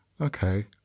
Okay